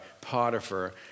Potiphar